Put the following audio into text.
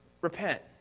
Repent